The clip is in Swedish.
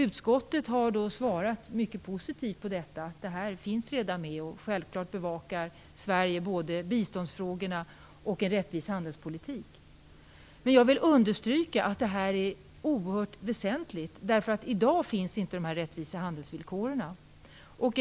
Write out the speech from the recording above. Utskottet har svarat mycket positivt på detta: Det här finns redan med, och självklart bevakar Sverige både biståndsfrågorna och en rättvis handelspolitik. Men jag vill understryka att det här är oerhört väsentligt, därför att i dag finns inte dessa rättvisa handelsvillkor.